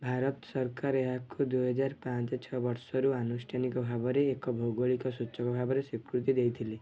ଭାରତ ସରକାର ଏହାକୁ ଦୁଇହଜାର ପାଞ୍ଚ ଛଅ ବର୍ଷରୁ ଆନୁଷ୍ଠାନିକ ଭାବରେ ଏକ ଭୌଗୋଳିକ ସୂଚକ ଭାବରେ ସ୍ୱୀକୃତି ଦେଇଥିଲେ